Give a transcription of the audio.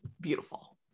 beautiful